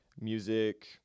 music